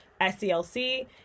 SCLC